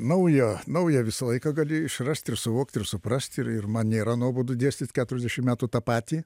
naujo naują visą laiką gali išrast ir suvokt ir suprast ir ir man nėra nuobodu dėstyt keturiasdešim metų tą patį